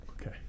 Okay